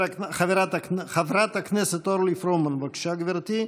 חברת הכנסת אורלי פרומן, בבקשה, גברתי,